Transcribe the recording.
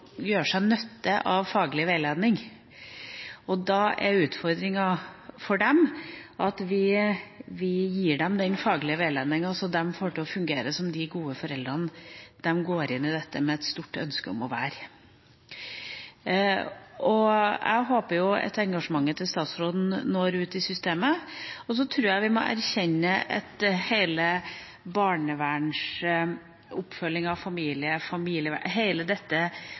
fungere som de gode foreldrene de går inn i dette med et stort ønske om å være. Jeg håper at engasjementet til statsråden når ut i systemet. Så tror jeg vi må erkjenne at barnevernets oppfølging av familier, familievern – hele dette